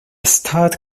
stud